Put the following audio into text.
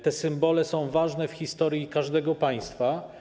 Te symbole są ważne w historii każdego państwa.